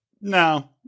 no